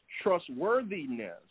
trustworthiness